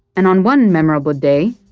and on one memorable day,